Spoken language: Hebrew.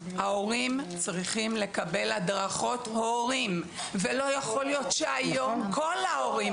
ההורים צריכים לקבל הדרכות הורים, כל ההורים,